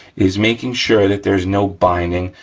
is making sure that there's no binding,